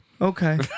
Okay